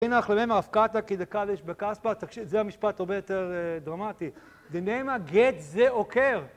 תינח - למימר אפקעתא כדקדיש בכספא, תקשיב זה המשפט הרבה יותר דרמטי, דנימא גט זה עוקר